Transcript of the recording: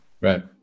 right